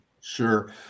Sure